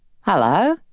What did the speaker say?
Hello